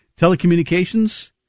Telecommunications